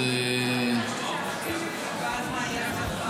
ואז מה יהיה?